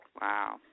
Wow